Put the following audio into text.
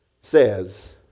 says